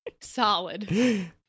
Solid